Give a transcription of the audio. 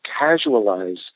casualize